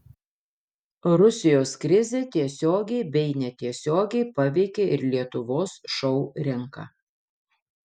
rusijos krizė tiesiogiai bei netiesiogiai paveikė ir lietuvos šou rinką